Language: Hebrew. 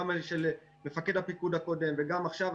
גם של מפקד הפיקוד הקודם וגם עכשיו,